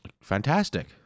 fantastic